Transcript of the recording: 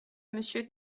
monsieur